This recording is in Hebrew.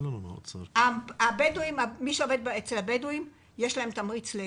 מי שעובד אצל הבדווים מקבל תמריץ,